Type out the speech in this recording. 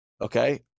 Okay